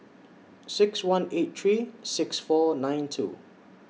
six one eight three six four nine two